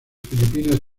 filipinas